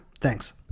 Thanks